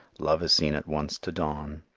love is seen at once to dawn.